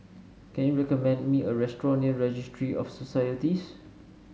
can you recommend me a restaurant near Registry of Societies